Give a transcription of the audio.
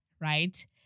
right